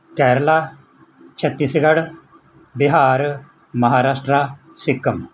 Kerala Chhattisgarh Bihar Maharashtra Sikkim